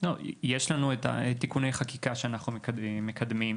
יש לנו תיקוני חקיקה שאנחנו מקדמים,